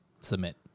Submit